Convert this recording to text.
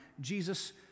Jesus